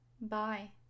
Bye